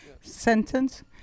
sentence